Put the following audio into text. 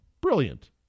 brilliant